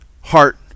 heart